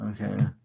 okay